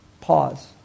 Pause